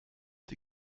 die